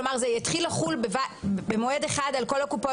כלומר זה יתחיל לחול במועד אחד על כל הקופות,